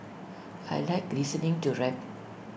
I Like listening to rap